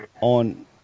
on